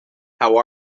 how